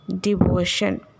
devotion